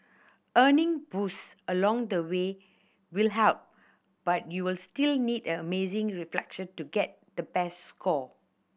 earning boost along the way will help but you'll still need amazing reflexes to get the best score